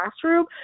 classroom